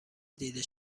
دیده